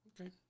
Okay